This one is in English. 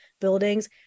buildings